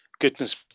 goodness